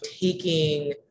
taking